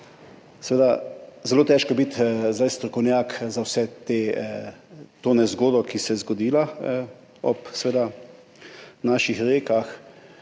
zelo težko biti zdaj strokovnjak za vso to nezgodo, ki se je zgodila ob naših rekah.